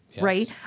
right